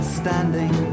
standing